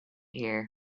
here